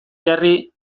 jarri